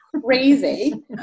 crazy